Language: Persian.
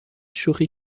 شوخی